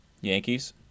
Yankees